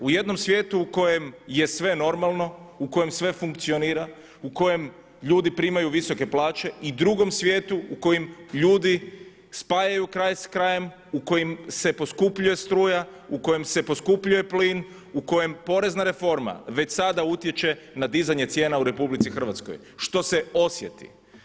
U jednom svijetu u kojem je sve normalno u kojem sve funkcionira, u kojem ljudi primaju visoke plaće i drugom svijetu u kojem ljudi spajaju kraj s krajem, u kojem se poskupljuje struja, u kojem se poskupljuje plin, u kojem porezna reforma već sada utječe na dizanje cijena u RH, što se osjeti.